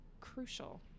crucial